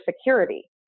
security